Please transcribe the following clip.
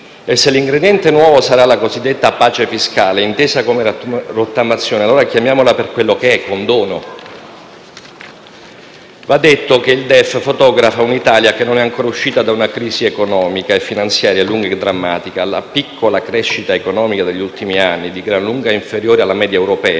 e se l'ingrediente nuovo sarà la cosiddetta pace fiscale, intesa come rottamazione: chiamiamola allora per quello che è, cioè condono. Va detto che il DEF fotografa un'Italia che non è ancora uscita da una crisi economica e finanziaria lunga e drammatica. La piccola crescita economica degli ultimi anni, di gran lunga inferiore alla media europea,